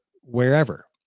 wherever